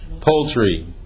poultry